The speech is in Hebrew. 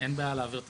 אין בעיה להעביר את